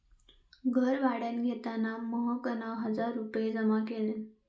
घर भाड्यान घेताना महकना हजार रुपये जमा केल्यान